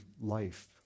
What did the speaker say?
life